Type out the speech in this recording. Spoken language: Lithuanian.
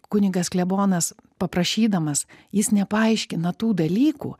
kunigas klebonas paprašydamas jis nepaaiškina tų dalykų